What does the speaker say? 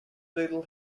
little